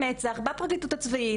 במערכת הצבאית,